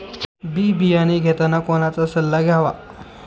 बी बियाणे घेताना कोणाचा सल्ला घ्यावा?